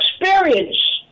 experience